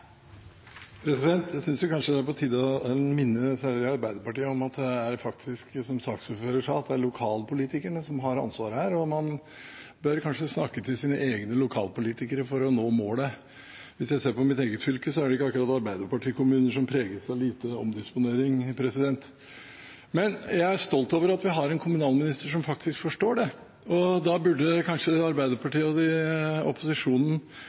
nyåret. Jeg synes vel kanskje det er på tide å minne særlig Arbeiderpartiet om at det faktisk, som saksordføreren sa, er lokalpolitikerne som har ansvaret her, og man bør kanskje snakke til sine egne lokalpolitikere for å nå målet. Hvis jeg ser på mitt eget fylke, er det ikke akkurat arbeiderpartikommuner som preges av lite omdisponering. Men jeg er stolt av at vi har en kommunalminister som faktisk forstår det. Arbeiderpartiet og opposisjonen for øvrig burde kanskje gå inn og